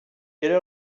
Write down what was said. quelle